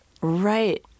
Right